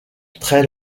très